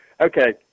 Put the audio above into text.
okay